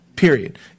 Period